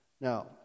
Now